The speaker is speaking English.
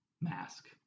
mask